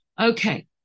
Okay